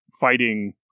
fighting